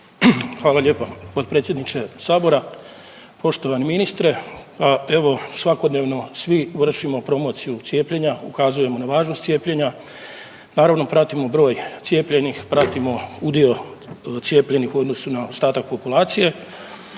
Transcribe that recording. Hvala lijepa potpredsjedniče Sabora. Poštovani ministre evo svakodnevno svi vršimo promociju cijepljenja, ukazujemo na važnost cijepljenja. Naravno pratimo broj cijepljenih. Pratimo udio cijepljenih u odnosu na ostatak populacije